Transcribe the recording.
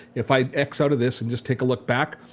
if i x out of this and just take a look back,